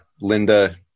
Linda